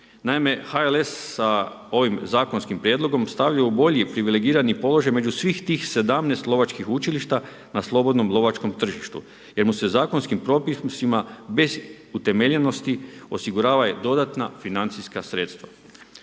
Naime, HLS sa ovim zakonskim prijedlogom stavlja u bolji privilegirani položaj među svih tih 17 lovačkih učilišta na slobodnom lovačkom tržištu jer mu se zakonskim propisima bez utemeljenosti osiguravaju dodatna Naime sva